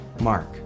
Mark